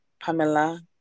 Pamela